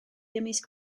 ymysg